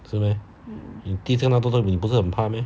是 meh 你第一天动到狗你不是很怕 meh